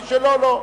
מי שלא, לא.